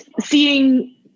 seeing